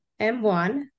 M1